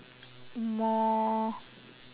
more